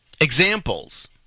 examples